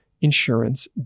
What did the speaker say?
insurance